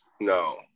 No